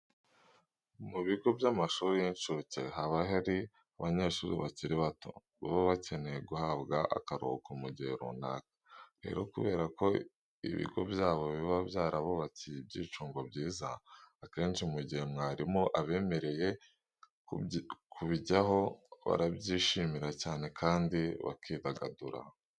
Mu bigo by'amashuri y'incuke haba hari abanyeshuri bakiri bato baba bakeneye guhabwa akaruhuko mu gihe runaka. Rero kubera ko ibigo byabo biba byarabubakiye ibyicungo byiza, akenshi mu gihe mwarimu abemereye kubijyamo, barabyishimira cyane kandi bakidagadura.